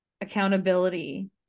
accountability